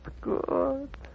good